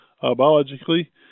biologically